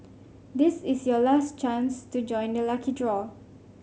this is your last chance to join the lucky draw